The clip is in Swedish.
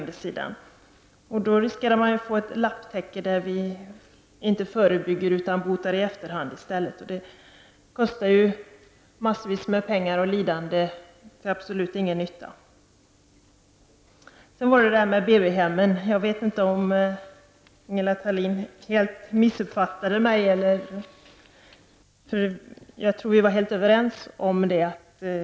Då riskerar man att få ett lapptäcke. Vi förebygger inte, utan botar i efterhand i stället. Det kostar massvis med pengar och lidande till absolut ingen nytta. Jag vet inte om Ingela Thalén missuppfattade mig. Jag tror att vi var helt överens om BB-hemmen.